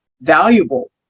valuable